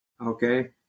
okay